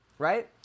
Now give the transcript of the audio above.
Right